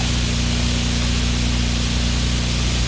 the